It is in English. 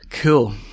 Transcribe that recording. Cool